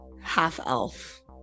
half-elf